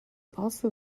also